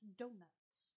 donuts